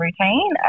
routine